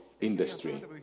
industry